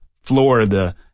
Florida